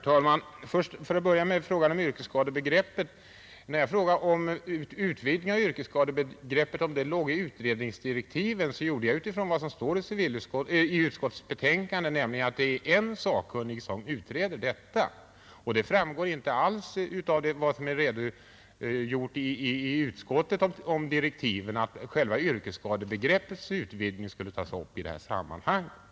Herr talman! För att börja med frågan om yrkesskadebegreppet: När jag frågade om huruvida en utvidgning av yrkesskadebegreppet låg i utredningsdirektiven gjorde jag det utifrån vad som står i utskottets betänkande, nämligen att det är en sakkunnig som utreder detta. Det framgår inte alls av vad som är redovisat i betänkandet om direktiven att själva yrkesskadebegreppets utvidgning skulle tas upp i det här sammanhanget.